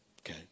okay